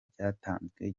cyatanzwe